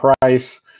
price